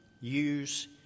use